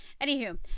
Anywho